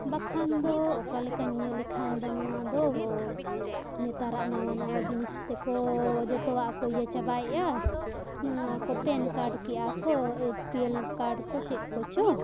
ᱵᱟᱠᱷᱟᱱ ᱫᱚ ᱚᱠᱟ ᱞᱮᱠᱟᱧ ᱧᱮᱞ ᱞᱮᱠᱷᱟᱱ ᱫᱚ ᱱᱚᱣᱟ ᱫᱚ ᱱᱮᱛᱟᱨᱟᱜ ᱱᱟᱣᱟ ᱱᱟᱣᱟ ᱡᱤᱱᱤᱥ ᱛᱮᱠᱚ ᱡᱚᱛᱚᱣᱟᱜ ᱠᱚ ᱤᱭᱟᱹ ᱪᱟᱵᱟᱭᱮᱜᱼᱟ ᱱᱚᱣᱟ ᱠᱚ ᱯᱮᱱ ᱠᱟᱨᱰ ᱠᱮᱜᱼᱟ ᱠᱚ ᱮᱯᱤᱮᱞ ᱠᱟᱨᱰ ᱠᱚ ᱪᱮᱫ ᱠᱚᱪᱚ